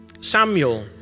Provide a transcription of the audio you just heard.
Samuel